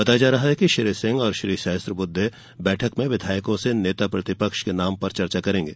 बताया जा रहा है कि श्री सिंह और श्री सहस्त्रब्द्वे बैठक में विधायकों से नेता प्रतिपक्ष के नाम पर चर्चा करेंगे